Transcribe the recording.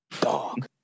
dog